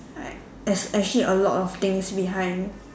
like as actually a lot of things behind